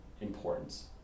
importance